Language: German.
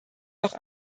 noch